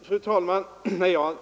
Fru talman!